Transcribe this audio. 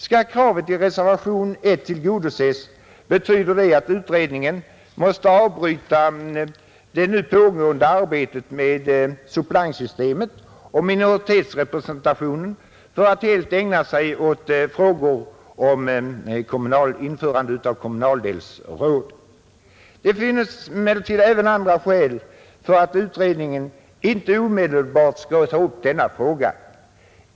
Skall kravet i reservationen 1 tillgodoses, betyder detta att utredningen måste avbryta det nu pågående arbetet med suppleantsystemet och minoritetsrepresentationen för att helt ägna sig åt frågan om införande av kommundelsråd. Det finns emellertid även andra skäl för att utredningen inte omedelbart skall ta upp denna fråga.